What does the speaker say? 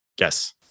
Yes